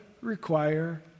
require